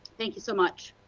thank you so much.